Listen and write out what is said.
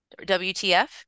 WTF